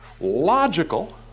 logical